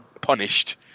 punished